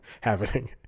happening